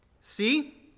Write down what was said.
See